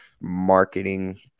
marketing